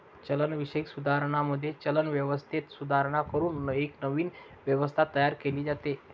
चलनविषयक सुधारणांमध्ये, चलन व्यवस्थेत सुधारणा करून एक नवीन व्यवस्था तयार केली जाते